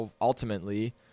ultimately